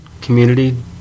community